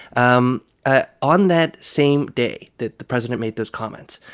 um ah on that same day that the president made those comments,